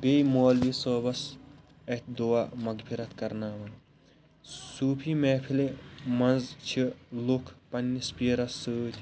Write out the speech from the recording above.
بیٚیہِ مولوی صٲبَس اَتھہِ دُعا مَغفرت کرناوان صوفی محفلہِ مَنٛز چھِ لوٗکھ پَننِس پیٖرَس سۭتۍ